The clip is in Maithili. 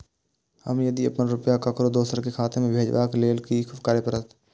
हम यदि अपन रुपया ककरो दोसर के खाता में भेजबाक लेल कि करै परत?